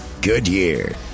Goodyear